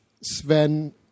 Sven